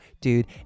Dude